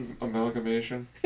amalgamation